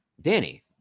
danny